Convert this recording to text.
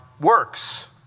works